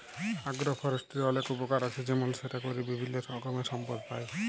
আগ্র ফরেষ্ট্রীর অলেক উপকার আছে যেমল সেটা ক্যরে বিভিল্য রকমের সম্পদ পাই